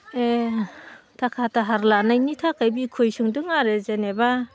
थाखा दाहार लानायनि थाखाय बिखय सोंदों आरो जेनेबा